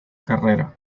carrera